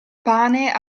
pane